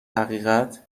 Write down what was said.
حقیقت